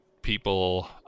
People